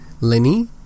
Lenny